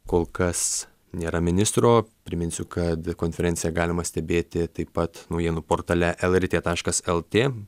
kol kas nėra ministro priminsiu kad konferenciją galima stebėti taip pat naujienų portale lrt taškas lt